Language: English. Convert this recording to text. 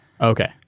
Okay